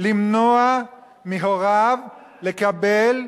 למנוע מהוריו לקבל,